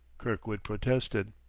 kirkwood protested.